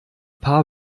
paar